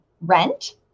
rent